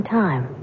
time